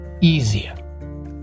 easier